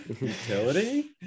utility